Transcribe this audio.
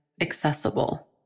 accessible